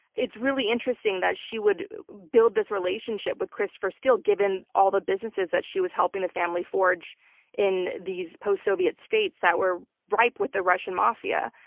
it's really interesting that she would build this relationship with christopher steele given all the businesses that she was helping the family forge in these post-soviet states that were ripe with the russian mafia.